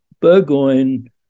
Burgoyne